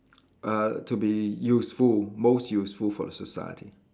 uh to be useful most useful for the society